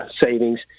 savings